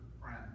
friend